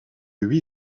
huit